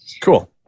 cool